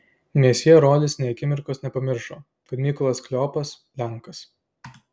mesjė rolis nė akimirkos nepamiršo kad mykolas kleopas lenkas